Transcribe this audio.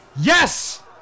Yes